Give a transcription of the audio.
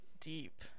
deep